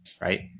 right